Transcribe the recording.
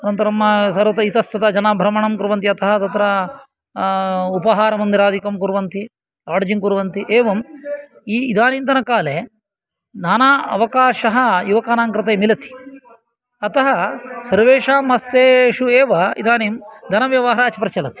अनन्तरम् सर्वत्र इतस्ततः जनाः भ्रमणं कुर्वन्ति अतः तत्र उपहारमन्दिरादिकं कुर्वन्ति लाड्जिङ्ग् कुर्वन्ति एवम् इदानीन्तन काले नाना अवकाशः युवकानाङ्कृते मिलति अतः सर्वेषां हस्तेषु एव इदानीम् धनव्यवहारः प्रचलति